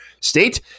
state